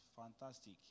fantastic